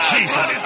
Jesus